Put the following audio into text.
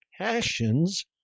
passions